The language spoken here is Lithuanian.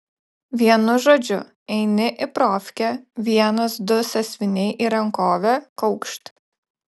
vienu žodžiu eini į profkę vienas du sąsiuviniai į rankovę kaukšt